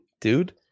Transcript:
dude